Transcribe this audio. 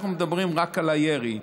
ואנחנו מדברים רק על הירי.